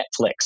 Netflix